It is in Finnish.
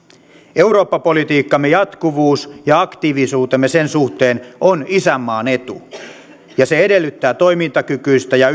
eurooppa politiikkamme jatkuvuus ja aktiivisuutemme sen suhteen on isänmaan etu ja se edellyttää toimintakykyistä ja